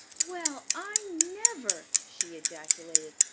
well, i never! she ejaculated.